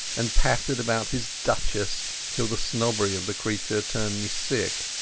and pattered about his duchesses till the snobbery of the creature turned me sick.